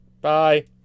bye